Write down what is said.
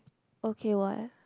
okay what